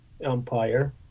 Empire